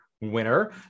winner